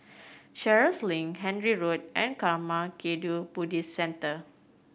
Sheares Link Handy Road and Karma Kagyud Buddhist Centre